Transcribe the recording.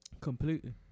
Completely